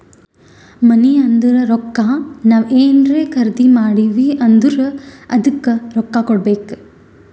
ಮನಿ ಅಂದುರ್ ರೊಕ್ಕಾ ನಾವ್ ಏನ್ರೇ ಖರ್ದಿ ಮಾಡಿವ್ ಅಂದುರ್ ಅದ್ದುಕ ರೊಕ್ಕಾ ಕೊಡ್ಬೇಕ್